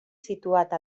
situat